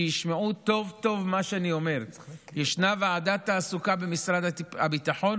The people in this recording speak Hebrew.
שישמעו טוב-טוב את מה שאני אומר: ישנה ועדת תעסוקה במשרד הביטחון,